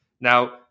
Now